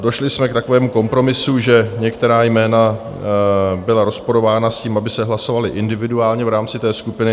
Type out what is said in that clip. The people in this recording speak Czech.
Došli jsme k takovému kompromisu, že některá jména byla rozporována s tím, aby se hlasovala individuálně v rámci té skupiny.